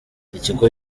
ikigo